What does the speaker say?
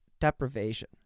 deprivation